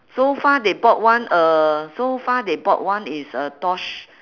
so far they bought one uh so far they bought one is a tosh